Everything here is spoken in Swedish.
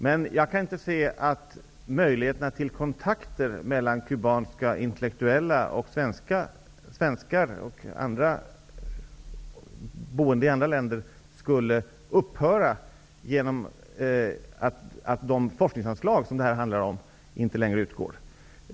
Men jag kan inte se att möjligheterna till kontakter mellan kubanska intellektuella, svenskar och folk från andra länder skulle upphöra på grund av att de forskningsanslagen inte längre utgår.